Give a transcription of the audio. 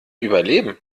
überleben